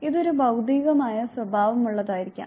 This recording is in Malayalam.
ഇത് ഒരു ഭൌതികമായ സ്വഭാവമുള്ളതായിരിക്കാം